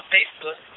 Facebook